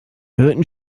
hörten